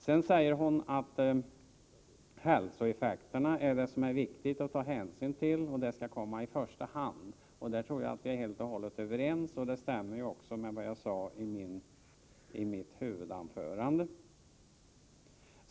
Grethe Lundblad sade sedan att det som är viktigt att ta hänsyn till är hälsoeffekterna och att de skall komma i första hand. Där tror jag att vi är helt och hållet överens. Det stämmer också med vad jag sade i mitt huvudanförande.